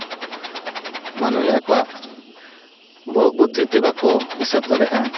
ᱢᱟᱹᱱᱢᱤ ᱟᱠᱚᱣᱟᱜ ᱵᱚᱦᱚᱜ ᱵᱩᱫᱽᱫᱷᱤ ᱛᱮ ᱵᱟᱠᱚ ᱦᱤᱥᱟᱹᱵ ᱫᱟᱲᱮᱭᱟᱜᱼᱟ